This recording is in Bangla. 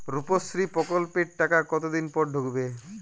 রুপশ্রী প্রকল্পের টাকা কতদিন পর ঢুকবে?